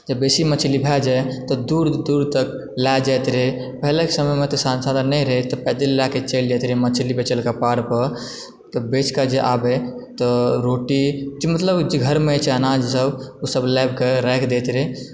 जब बेसी मछली भै जाइ तऽ दूर दूर तक लय जाइत रहय पहिलेकऽ समयमे तऽ संसाधन नहि रहय तऽ पैदले लयकऽ चलि जाइत रहै मछली बेचयलऽ कपार पर तऽ बेचकऽ जे आबय तऽ रोटी जे मतलब जे घरमे जे अनाजसभ ओसभ लयकऽ राखि दैत रहय